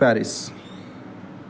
Paris